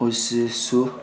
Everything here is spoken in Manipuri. ꯍꯧꯖꯤꯛꯁꯨ